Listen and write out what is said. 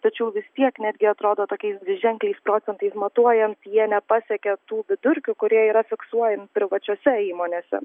tačiau vis tiek netgi atrodo tokiais dviženkliais procentais matuojant jie nepasiekia tų vidurkių kurie yra fiksuojami privačiose įmonėse